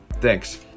Thanks